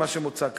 מה שמוצע כאן.